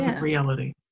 reality